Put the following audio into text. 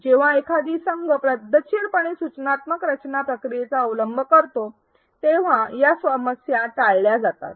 जेव्हा एखादी संघ पद्धतशीरपणे सूचनात्मक रचना प्रक्रियेचा अवलंब करतो तेव्हा या समस्या टाळल्या जातात